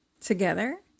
Together